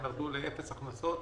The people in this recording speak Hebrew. הן עברו לאפס הכנסות.